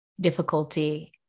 difficulty